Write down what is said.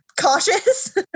cautious